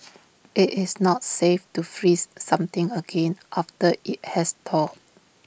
IT is not safe to freeze something again after IT has thawed